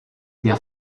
der